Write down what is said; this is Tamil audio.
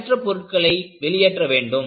தேவையற்ற பொருட்களை வெளியேற்ற வேண்டும்